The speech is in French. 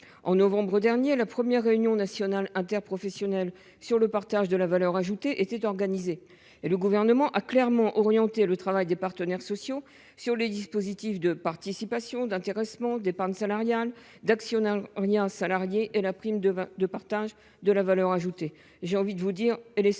organisée la première réunion nationale interprofessionnelle sur le partage de la valeur ajoutée. Le Gouvernement a clairement orienté le travail des partenaires sociaux vers les dispositifs de participation, d'intéressement, d'épargne salariale, d'actionnariat salarié et la prime de partage de la valeur ajoutée.